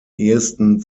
ehesten